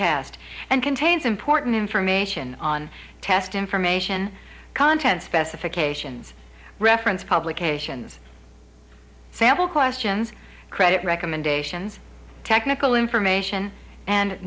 test and contains important information on test information content specifications reference publications sample questions credit recommendations technical information and